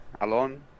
alone